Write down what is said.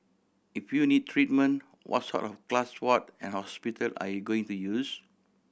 if you need treatment what sort of class ward and hospital are you going to use